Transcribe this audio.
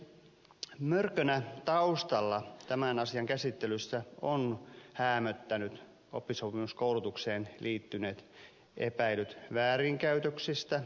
mörkönä taustalla tämän asian käsittelyssä on häämöttänyt oppisopimuskoulutukseen liittyneet epäilyt väärinkäytöksistä